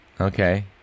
Okay